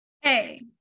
Hey